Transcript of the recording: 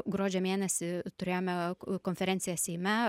gruodžio mėnesį turėjome konferenciją seime